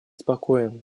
спокоен